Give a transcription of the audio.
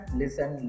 listen